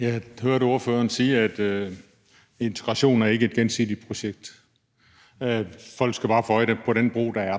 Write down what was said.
Jeg hørte ordføreren sige: Integration er ikke et gensidigt projekt; folk skal jo bare få øje på den bro, som der er.